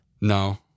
No